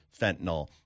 fentanyl